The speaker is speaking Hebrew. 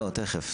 לא, תכף.